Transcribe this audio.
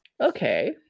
Okay